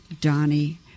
donnie